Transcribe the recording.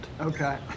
Okay